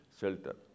shelter